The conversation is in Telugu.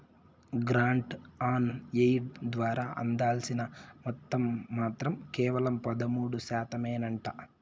గ్రాంట్ ఆన్ ఎయిడ్ ద్వారా అందాల్సిన మొత్తం మాత్రం కేవలం పదమూడు శాతమేనంట